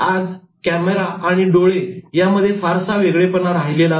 आज कॅमेरा आणि डोळे यामध्ये फारसा वेगळेपणा राहिलेला नाही